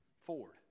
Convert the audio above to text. Ford